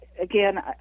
again